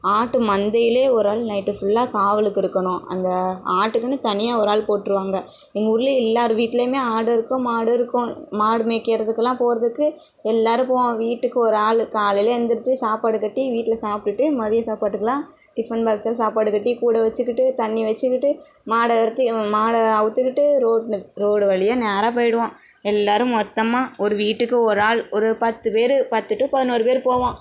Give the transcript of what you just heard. ஆட்டு மந்தையிலே ஒரு ஆள் நைட்டு ஃபுல்லா காவலுக்கு இருக்கணும் அங்கே ஆட்டுக்குன்னு தனியாக ஒரு ஆள் போட்டிருவாங்க எங்க ஊர்ல எல்லார் வீட்டிலையுமே ஆடு இருக்கும் மாடு இருக்கும் மாடு மேய்க்கிறதுக்குலாம் போகிறதுக்கு எல்லாரும் போவோம் வீட்டுக்கு ஒரு ஆள் காலையிலே எந்திரிச்சு சாப்பாடு கட்டி வீட்டில சாப்பிட்டுட்டு மதிய சாப்பாட்டுக்கெலாம் டிஃபன் பாக்ஸ்ல சாப்பாடு கட்டி கூட வச்சிக்கிட்டு தண்ணி வச்சிக்கிட்டு மாடை ஏற்றி மாடை அவித்துக்கிட்டு ரோடு ரோடு வழியா நேராக போய்டுவோம் எல்லாரும் மொத்தமாக ஒரு வீட்டுக்கு ஒரு ஆள் ஒரு பத்து பேர் பத்து டு பதினோறு பேர் போவோம்